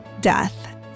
death